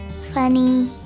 funny